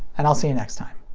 and i'll see you next time!